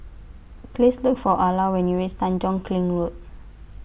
Please Look For Ala when YOU REACH Tanjong Kling Road